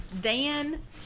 Dan